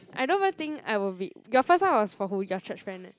I don't even think I will be your first one was for who your church friend